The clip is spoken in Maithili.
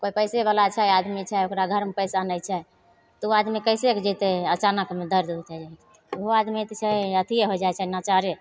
कोइ पइसावला छै आदमी छै ओकरा घरमे पइसा नहि छै तऽ ओ आदमी कएसे जएतै अचानकमे दरद उठै छै ओहो आदमीके छै अथिए होए जाइ छै लचारे